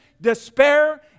despair